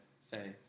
say